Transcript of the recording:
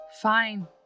Fine